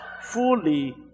fully